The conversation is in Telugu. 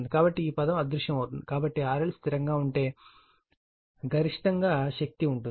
కాబట్టి ఈ పదం అదృశ్యమవుతుంది కాబట్టి RL స్థిరంగా ఉంటే శక్తి గరిష్టంగా ఉంటుంది